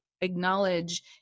acknowledge